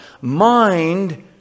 mind